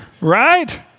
right